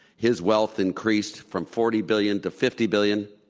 his wealth increased from forty billion to fifty billion.